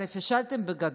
אתם פישלתם בגדול.